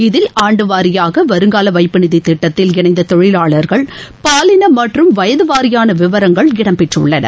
இதில் ஆண்டு வாரியாக வருங்கால வைப்பு நிதி திட்டத்தில் இணைந்த தொழிலாளர்கள் பாலின மற்றும் வயது வாரியான விவரங்கள் இடம்பெற்றுள்ளன